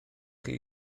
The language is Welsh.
chi